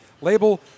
label